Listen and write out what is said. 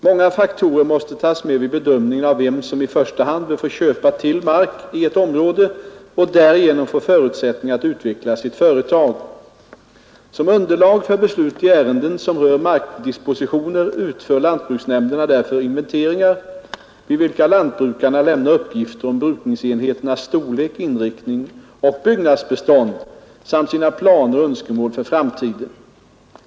Många faktorer måste tas med vid bedömningen av vem som i första hand bör få köpa till mark i ett område och därigenom få förutsättningar att utveckla sitt företag. Som underlag för beslut i ärenden som rör markdispositioner utför lantbruksnämnderna därför inventeringar, vid vilka lantbrukarna lämnar uppgifter om brukningsenheternas storlek, inriktning och byggnadsbestånd samt sina planer och önskemål för framtiden.